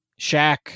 Shaq